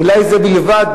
אולי זה בלבד,